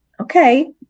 okay